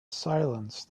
silence